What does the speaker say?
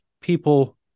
people